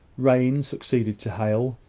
rain succeeded to hail,